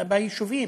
ביישובים,